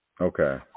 Okay